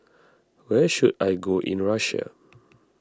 where should I go in Russia